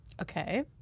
Okay